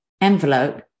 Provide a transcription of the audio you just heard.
envelope